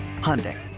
Hyundai